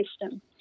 system